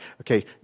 okay